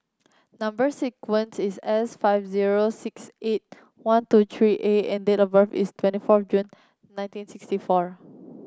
number sequence is S five zero six eight one two three A and date of birth is twenty four June nineteen sixty four